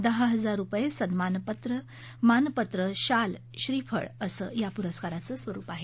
दहा हजार रुपये सन्मानपत्र चिन्ह मानपत्र शाल श्रीफळ अस या पुरस्काराचं स्वरुप आहे